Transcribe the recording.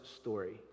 story